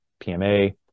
PMA